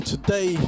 Today